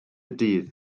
dydd